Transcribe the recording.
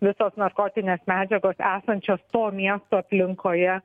visos narkotinės medžiagos esančios to miesto aplinkoje